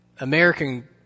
American